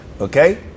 okay